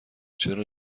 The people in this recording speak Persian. چرا